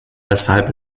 weshalb